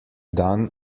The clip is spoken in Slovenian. dan